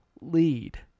Lead